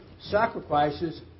sacrifices